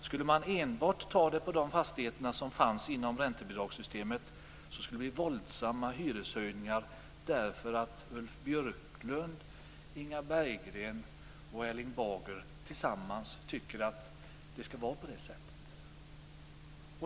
Skulle man enbart ta ut det på de fastigheter som finns inom räntebidragssystemet, skulle det bli våldsamma hyreshöjningar därför att Ulf Björklund, Inga Berggren och Erling Bager tillsammans tycker att det skall vara på det sättet.